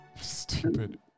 stupid